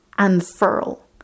Unfurl